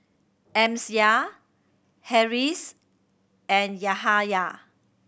Amsyar Harris and Yahaya